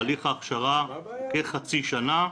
הליך ההכשרה הוא כחצי שנה,